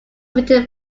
written